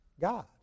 God